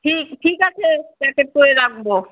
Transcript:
ঠিক ঠিক আছে প্যাকেট করে রাখবো